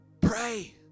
pray